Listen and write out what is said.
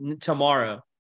tomorrow